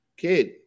kid